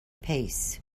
pace